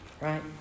right